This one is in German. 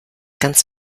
ganz